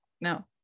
no